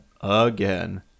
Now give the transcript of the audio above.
again